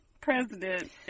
president